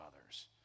others